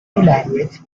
language